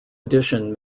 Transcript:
addition